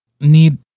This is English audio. need